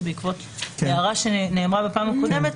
זה בעקבות הערה שנאמרה בפעם הקודמת.